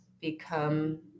become